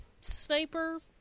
Sniper